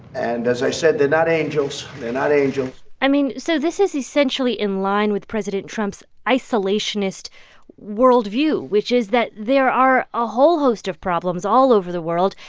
and as i said, they're not angels. they're not angels i mean, so this is essentially in line with president trump's isolationist worldview, which is that there are a whole host of problems all over the world,